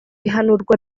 ihanurwa